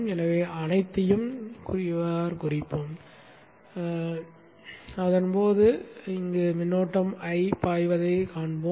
எனவே அனைத்தையும் குறிப்போம் அப்போது மட்டுமே இங்கு மின்னோட்டம் I பாய்வதைக் காண்போம்